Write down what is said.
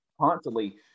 constantly